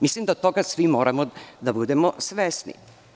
Mislim da toga svi moramo da budemo svesni.